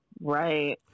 Right